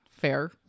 fair